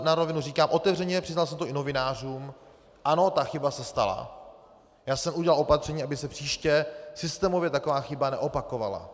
Na rovinu říkám otevřeně, přiznal jsem to i novinářům, ano ta chyba se stala, udělal jsem opatření, aby se příště systémově taková chyba neopakovala.